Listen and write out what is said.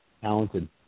Talented